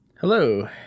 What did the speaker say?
Hello